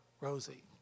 Rosie